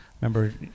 remember